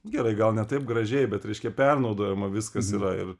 gerai gal ne taip gražiai bet reiškia pernaudojama viskas yra ir